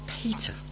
Peter